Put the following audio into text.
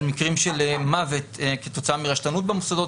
מקרים של מוות כתוצאה מרשלנות במוסדות,